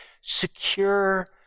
secure